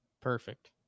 Perfect